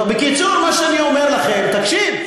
דוד, בקיצור, מה שאני אומר לכם, תקשיב.